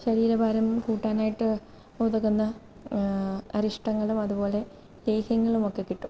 ശരീരഭാരം കൂട്ടാനായിട്ട് ഉതകുന്ന അരിഷ്ടങ്ങളും അതുപോലെ ലേഹ്യങ്ങളുമൊക്കെ കിട്ടും